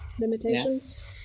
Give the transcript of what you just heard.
Limitations